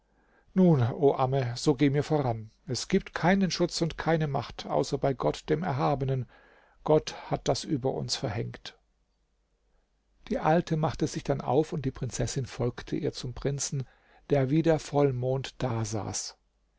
nun o amme so geh mir voran es gibt keinen schutz und keine macht außer bei gott dem erhabenen gott hat das über uns verhängt die alte machte sich dann auf und die prinzessin folgte ihr zum prinzen der wie der vollmond dasaß